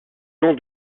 nom